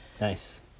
Nice